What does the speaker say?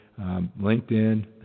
linkedin